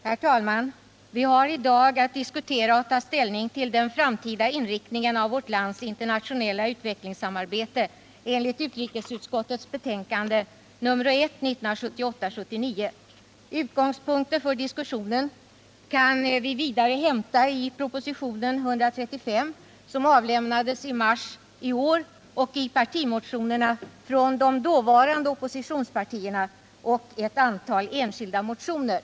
Herr talman! Vi har i dag att diskutera och ta ställning till den framtida inriktningen av vårt lands internationella utvecklingssamarbete enligt utrikesutskottets betänkande 1978/79:1. Utgångspunkter för diskussionen kan vi vidare hämta i propositionen 135, som avlämnades i mars i år, och i partimotionerna från de dåvarande oppositionspartierna samt i ett antal enskilda motioner.